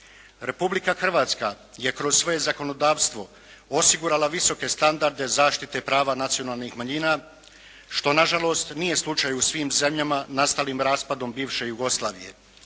Republika Hrvatska je kroz svoje zakonodavstvo osigurala visoke standarde zaštite prava nacionalnih manjina što na žalost nije slučaj u svim zemljama nastalih raspadom bivše Jugoslavije.